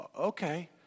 okay